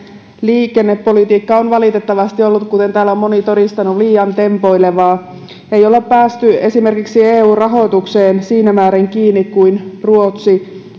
liikennepolitiikka on valitettavasti ollut kuten täällä on moni todistanut liian tempoilevaa ei ole päästy esimerkiksi eu rahoitukseen siinä määrin kiinni kuin ruotsi